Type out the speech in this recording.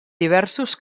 diversos